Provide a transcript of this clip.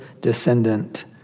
descendant